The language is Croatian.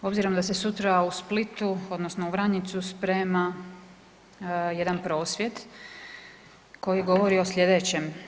Obzirom da se sutra u Splitu odnosno u Vranjicu sprema jedan prosvjed koji govori o slijedećem.